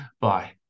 bye